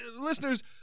listeners